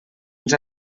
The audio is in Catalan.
ens